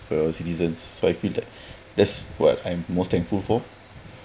for your citizens so I feel that that's what I'm most thankful for